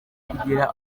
kugera